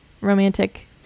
romantic